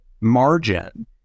margin